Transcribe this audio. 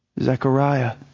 Zechariah